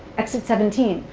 exit seventeen,